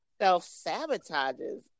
self-sabotages